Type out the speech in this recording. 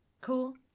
cool